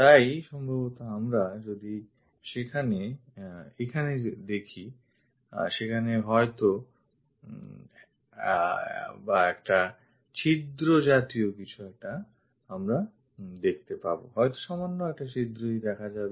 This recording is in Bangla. তাই সম্ভবতঃ আমরা যদি সেখানে এখানে দেখি সেখানে হয়ত বা একটা ছিদ্রজাতীয় কিছু আমরা দেখতে পাবো হয়ত সামান্য একটা ছিদ্রই দেখা যাবে